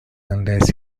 unless